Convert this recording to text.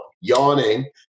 Yawning